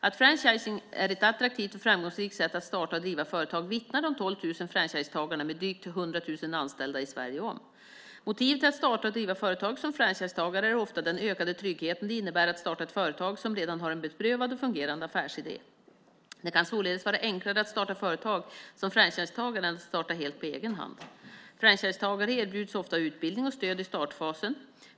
Att franchising är ett attraktivt och framgångsrikt sätt att starta och driva företag vittnar de 12 000 franchisetagarna med drygt 100 000 anställda i Sverige om. Motivet till att starta och driva företag som franchisetagare är ofta den ökade trygghet det innebär att starta ett företag som redan har en beprövad och fungerande affärsidé. Det kan således vara enklare att starta företag som franchisetagare än att starta helt på egen hand. Franchisetagare erbjuds ofta utbildning och stöd i startfasen.